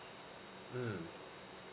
mm